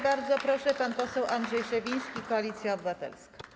Bardzo proszę, pan poseł Andrzej Szewiński, Koalicja Obywatelska.